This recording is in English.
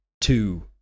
two